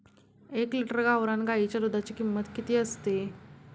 एक लिटर गावरान गाईच्या दुधाची किंमत किती असते?